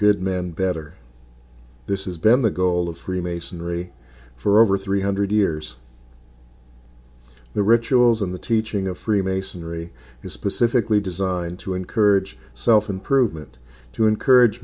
good men better this has been the goal of freemasonry for over three hundred years the rituals and the teaching of freemasonry is specifically designed to encourage self improvement to encourage